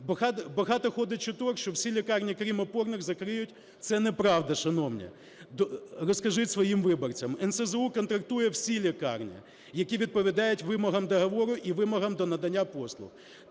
Багато ходить чуток, що всі лікарні, крім опорних, закриють. Це неправда, шановні, розкажіть своїм виборцям. НСЗУ контрактує всі лікарні, які відповідають вимогам договору і вимогам до надання послуг.